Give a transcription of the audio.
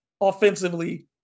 offensively